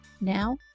Now